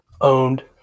owned